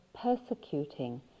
persecuting